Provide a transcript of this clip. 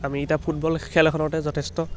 আমি এতিয়া ফুটবল খেল এখনতে যথেষ্ট